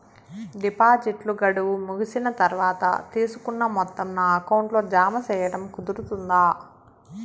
డిపాజిట్లు గడువు ముగిసిన తర్వాత, తీసుకున్న మొత్తం నా అకౌంట్ లో జామ సేయడం కుదురుతుందా?